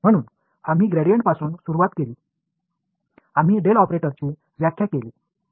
இப்பொழுது நாம் கிரேடியன்ட் இல் இருந்து துவங்கி டெல் ஆபரேட்டரை வரையறுத்து உள்ளோம்